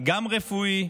גם רפואי,